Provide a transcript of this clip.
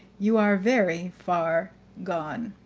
you are very far gone.